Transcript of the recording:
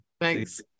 Thanks